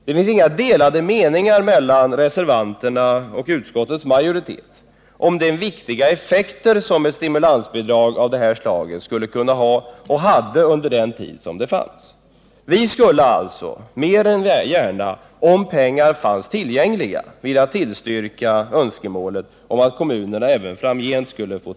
Det finns inga delade meningar mellan reservanterna och utskottets majoritet om de viktiga effekter som ett stimulansbidrag av det här slaget skulle ha och hade under den tid då det fanns. Vi skulle alltså mer än gärna, om pengar fanns tillgängliga, vilja tillstyrka att kommunerna även framgent får medel.